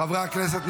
חברי הכנסת,